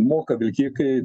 moka vilkikai